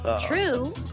True